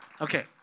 Okay